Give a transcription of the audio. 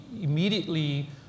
immediately